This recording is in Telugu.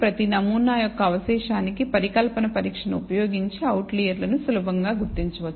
ప్రతి నమూనా యొక్క అవశేషానికి పరికల్పన పరీక్షను ఉపయోగించి అవుట్లర్లను సులభంగా గుర్తించవచ్చు